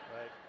right